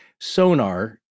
sonar